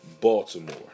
Baltimore